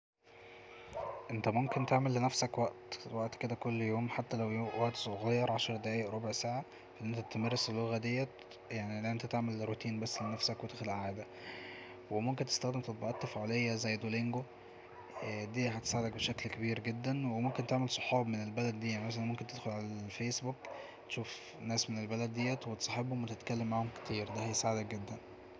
انت ممكن تعمل لنفسك وقت وقت كده كل يوم حتى لو وقت صغير عشر دقايق ربع ساعة أن انت تمارس اللغة دي يعني أن انت تعمل روتين بس لنفسك وتخلق عادة وممكن تستخدم تطبيقات تفاعلية زي دولينجو دي هتساعدك بشكل كبير جدا وممكن تعمل صحاب من البلد دي يعني مثلا ممكن تدخل على الفيس بوك تشوف ناس من البلد دي وتصاحيهم وتتكلم معاهم كتير دا هيساعدك جدا